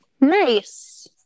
Nice